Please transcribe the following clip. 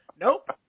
Nope